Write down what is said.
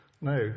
No